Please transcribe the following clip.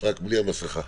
רק בלי המסכה.